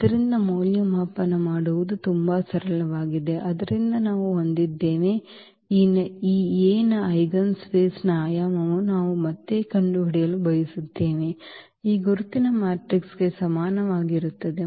ಆದ್ದರಿಂದ ಮೌಲ್ಯಮಾಪನ ಮಾಡುವುದು ತುಂಬಾ ಸರಳವಾಗಿದೆ ಆದ್ದರಿಂದ ನಾವು ಹೊಂದಿದ್ದೇವೆ ಈ A ಯ ಐಜೆನ್ಸ್ಪೇಸ್ನ ಆಯಾಮವನ್ನು ನಾವು ಮತ್ತೆ ಕಂಡುಹಿಡಿಯಲು ಬಯಸುತ್ತೇವೆ ಈ ಗುರುತಿನ ಮ್ಯಾಟ್ರಿಕ್ಸ್ಗೆ ಸಮಾನವಾಗಿರುತ್ತದೆ